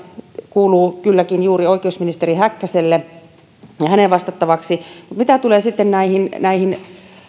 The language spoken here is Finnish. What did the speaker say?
kuuluu kylläkin juuri oikeusministeri häkkäselle ja hänen vastattavakseen mutta mitä tulee sitten näihin näihin